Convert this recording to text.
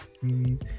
series